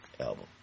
album